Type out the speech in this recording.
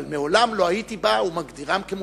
אבל מעולם לא הייתי בא ומגדירם כמושחתים.